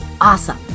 awesome